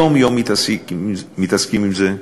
יום-יום מתעסקים עם זה.